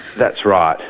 that's right,